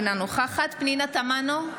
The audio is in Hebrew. אינה נוכחת פנינה תמנו,